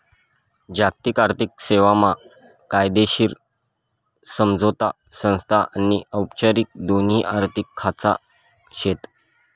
जागतिक आर्थिक सेवा मा कायदेशीर समझोता संस्था आनी औपचारिक दोन्ही आर्थिक खाचा शेत